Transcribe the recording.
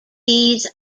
these